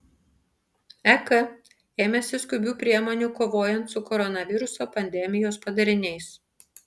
ek ėmėsi skubių priemonių kovojant su koronaviruso pandemijos padariniais